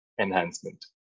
enhancement